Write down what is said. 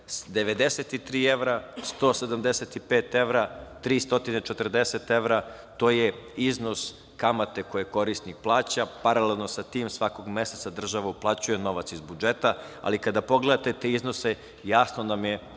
93 evra, 175 evra, 340 evra, to je iznos kamate koje korisnik plaća, paralelno sa tim svakog meseca država uplaćuje novac iz budžeta, ali kada pogledate te iznose, jasno nam je, i